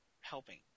helping